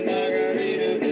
Margarita